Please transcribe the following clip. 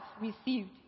received